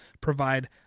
provide